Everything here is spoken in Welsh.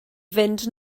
fynd